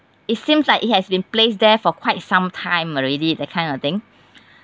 it seems like it has been placed there for quite some time already that kind of thing